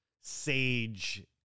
sage